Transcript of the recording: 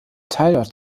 teilort